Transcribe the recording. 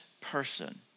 person